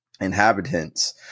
inhabitants